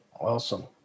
Awesome